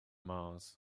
mars